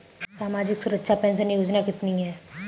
सामाजिक सुरक्षा पेंशन योजना कितनी हैं?